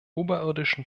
oberirdischen